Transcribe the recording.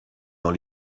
dans